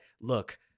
look